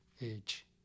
age